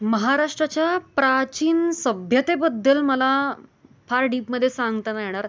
महाराष्ट्राच्या प्राचीन सभ्यतेबद्दल मला फार डीपमध्ये सांगता नाही येणार